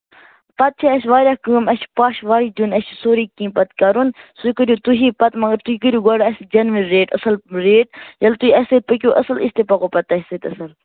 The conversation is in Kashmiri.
پَتہٕ چھِ اَسہِ واریاہ کٲم اَسہِ چھِ پَش وَش دیُن اَسہِ چھِ سورُے کیٚنہہ پَتہٕ کَرُن سُے کٔرِو تُہی پَتہٕ مَگر تُہۍ کٔرِو گۄڈٕ اَسہِ جٮ۪نوِن ریٹ اَصٕل ریٹ ییٚلہِ تُہۍ اَسہِ سۭتۍ پٔکِو اَصٕل أسۍ تہِ پَکو پَتہٕ تۄہہِ سۭتۍ اَصٕل